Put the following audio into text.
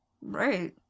Right